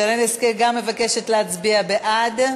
שרן השכל מבקשת להצביע בעד.